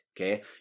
Okay